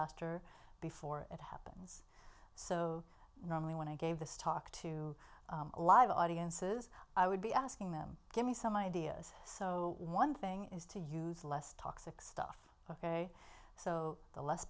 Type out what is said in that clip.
before it happens so normally when i gave this talk to a live audiences i would be asking them give me some ideas so one thing is to use less toxic stuff ok so the less